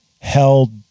held